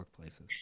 workplaces